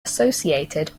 associated